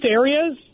areas